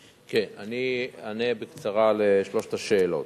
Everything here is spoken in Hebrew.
אני אענה בקצרה על שלוש השאלות.